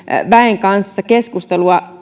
väen kanssa keskustelua